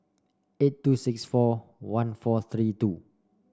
eight two six four one four three two